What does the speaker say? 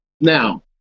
Now